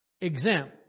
exempt